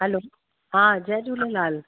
hello हा जय झूलेलाल